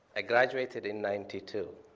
i graduated in ninety two,